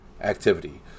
activity